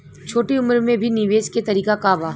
छोटी उम्र में भी निवेश के तरीका क बा?